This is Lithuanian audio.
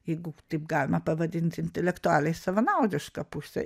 jeigu taip galima pavadinti intelektualiai savanaudišką pusę